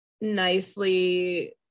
nicely